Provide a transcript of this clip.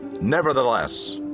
Nevertheless